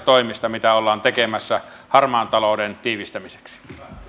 toimista mitä ollaan tekemässä harmaan talouden tiivistämiseksi